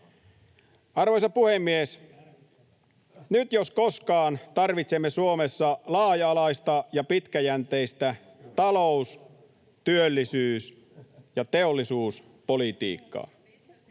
Arvoisa puhemies! Nyt jos koskaan tarvitsemme Suomessa laaja-alaista ja pitkäjänteistä talous-, työllisyys- ja teollisuuspolitiikkaa.